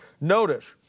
Notice